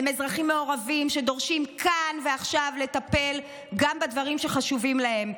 הם אזרחים מעורבים שדורשים כאן ועכשיו לטפל גם בדברים שחשובים להם.